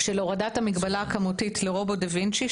של הורדת המגבלה הכמותית של רובוט דה וינצ'י,